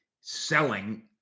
selling